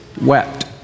wept